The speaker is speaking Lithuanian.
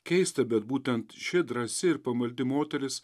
keista bet būtent ši drąsi ir pamaldi moteris